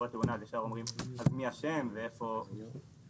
כשקורית תאונה אז ישר בודקים מי אשם ואיפה האשמה,